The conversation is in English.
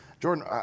Jordan